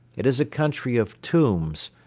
it is a country of tombs,